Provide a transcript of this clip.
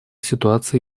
ситуация